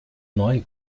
neuen